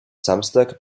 samstag